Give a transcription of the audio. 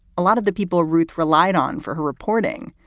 a lot of the people ruth relied on for her reporting.